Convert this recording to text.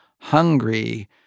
hungry